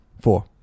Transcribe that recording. Four